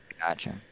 Gotcha